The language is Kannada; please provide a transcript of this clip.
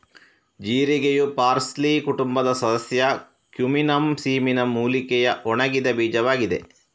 ಜೀರಿಗೆಯು ಪಾರ್ಸ್ಲಿ ಕುಟುಂಬದ ಸದಸ್ಯ ಕ್ಯುಮಿನಮ್ ಸಿಮಿನ ಮೂಲಿಕೆಯ ಒಣಗಿದ ಬೀಜವಾಗಿದೆ